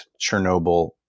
Chernobyl